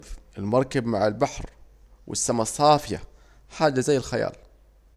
المركب مع البحر والسما الصافية حاجة زي الخيال